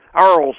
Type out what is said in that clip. Earl's